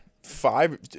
five